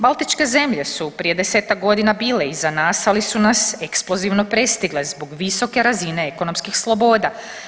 Baltičke zemlje su prije desetak godina bile iza nas ali su nas eksplozivno prestigle zbog visoke razine ekonomskih sloboda.